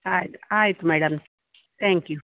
ಆಯ್ತು ಆಯ್ತು madam thank you